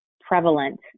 prevalent